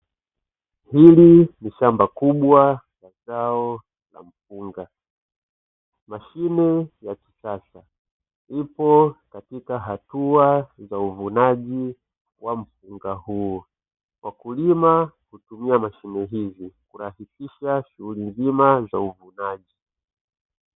Hili ni shamba kubwa la zao la mpunga, mashine ya kisasa ipo katika hatua za uvunaji wa mpunga huo, wakulima hutumia mashine hizi kurahisisha shughuli nzima za uvunaji.